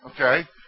Okay